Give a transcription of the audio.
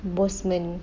boseman